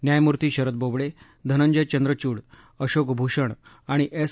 न्यायमूर्ती शरद बोबडे धनंजय चंद्रवूड अशोक भूषण आणि एस